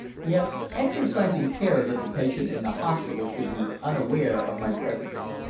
yet exercising care that the patient in the hospital should be unaware of my presence.